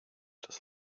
das